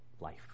life